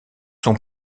sont